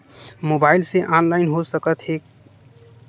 Mobile से online हो सकत हे?